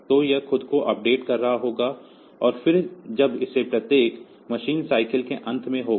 तो यह खुद को अपडेट कर रहा होगा और फिर जब यह प्रत्येक मशीन साइकिल के अंत में होगा